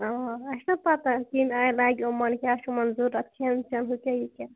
آ اَسہِ چھَنا پتاہ کَمہِ آیہِ لَگہِ یِمَن کیٛاہ چھُ یِمَن ضروٗرت کھٮ۪ن چٮ۪ن ہُہ کیٛاہ یہِ کیٛاہ